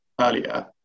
earlier